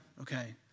Okay